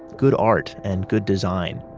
good art, and good design,